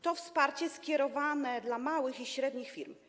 To wsparcie jest skierowane dla małych i średnich firm.